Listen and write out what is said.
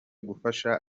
gufasha